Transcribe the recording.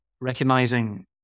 recognizing